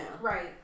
Right